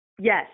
Yes